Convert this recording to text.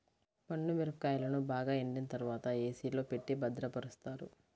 పండు మిరపకాయలను బాగా ఎండిన తర్వాత ఏ.సీ లో పెట్టి భద్రపరుస్తారు